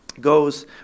goes